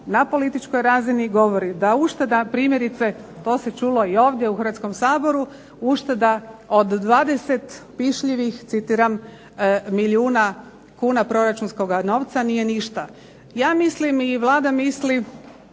na političkoj razini govori da ušteda primjerice to se čulo i ovdje u Hrvatskom saboru ušteda od 20 pišljivih citiram milijuna kuna proračunskoga novca nije ništa. Ja mislim i Vlada misli